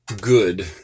good